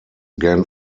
again